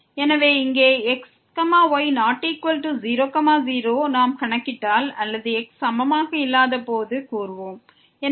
எனவே இங்கே x y≠00ஐ நாம் கணக்கிட்டால் அல்லது x சமமாக இல்லை எனக் கூறினால்